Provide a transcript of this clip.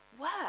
Work